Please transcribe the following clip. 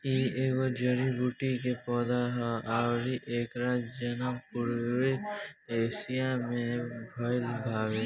इ एगो जड़ी बूटी के पौधा हा अउरी एकर जनम पूर्वी एशिया में भयल बावे